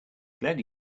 glad